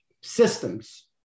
systems